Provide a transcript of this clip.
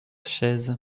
chaise